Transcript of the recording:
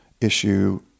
issue